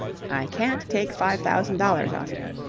i can't take five thousand dollars off you,